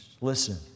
Listen